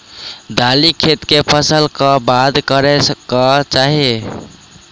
दालि खेती केँ फसल कऽ बाद करै कऽ चाहि?